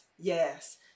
Yes